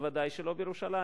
ודאי שלא בירושלים.